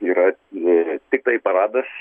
yra tiktai paradas